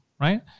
right